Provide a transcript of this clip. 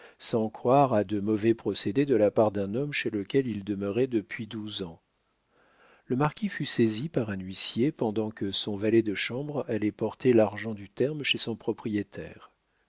sans croire à de mauvais procédés de la part d'un homme chez lequel il demeurait depuis douze ans le marquis fut saisi par un huissier pendant que son valet de chambre allait porter l'argent du terme chez son propriétaire